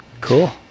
Cool